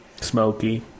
Smoky